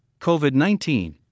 COVID-19